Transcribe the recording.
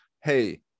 hey